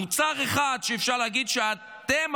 מוצר אחד שאפשר להגיד שאתם,